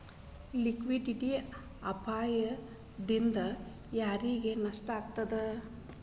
Liquidity ಅಪಾಯ ದಿಂದಾ ಯಾರಿಗ್ ನಷ್ಟ ಆಗ್ತದ?